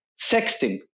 sexting